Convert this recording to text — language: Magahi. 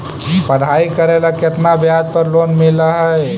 पढाई करेला केतना ब्याज पर लोन मिल हइ?